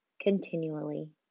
continually